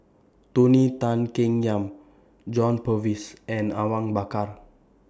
Tony Tan Keng Yam John Purvis and Awang Bakar